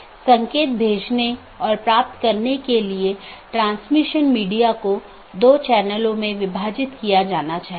तो इसका मतलब है एक बार अधिसूचना भेजे जाने बाद डिवाइस के उस विशेष BGP सहकर्मी के लिए विशेष कनेक्शन बंद हो जाता है और संसाधन जो उसे आवंटित किये गए थे छोड़ दिए जाते हैं